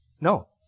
No